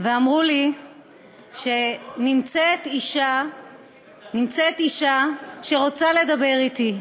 ואמרו לי שנמצאת אישה שרוצה לדבר אתי,